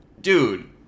dude